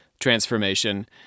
transformation